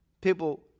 people